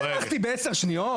מה הארכתי, בעשר שניות?